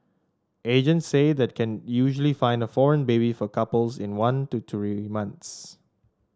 agents say that can usually find a foreign baby for couples in one to three months